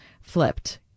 flipped